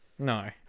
No